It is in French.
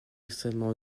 extrêmement